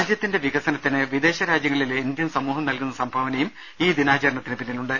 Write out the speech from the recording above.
രാജൃത്തിന്റെ വിക സനത്തിന് വിദേശ രാജ്യങ്ങളിലെ ഇന്ത്യൻ സമൂഹം നൽകുന്ന സംഭാവ നയും ഈ ദിനാചരണത്തിന് പിന്നിലുണ്ട്